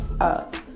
up